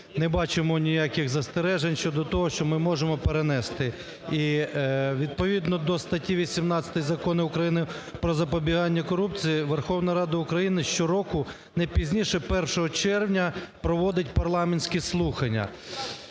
не бачимо ніяких застережень щодо того, що ми можемо перенести. І відповідно до статті 18 Закону України "Про запобігання корупції" Верховна Рада України щороку не пізніше 1 червня проводить парламентські слухання.